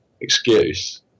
excuse